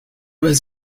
was